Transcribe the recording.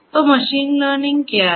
तो machine learning क्या है